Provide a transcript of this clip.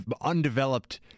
undeveloped